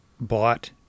bought